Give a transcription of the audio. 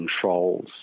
controls